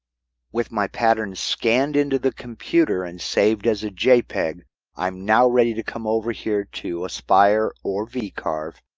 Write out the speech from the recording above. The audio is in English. with my pattern scanned into the computer and saved as a jpeg. i'm now ready to come over here to aspire or vcarve.